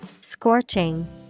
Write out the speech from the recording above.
Scorching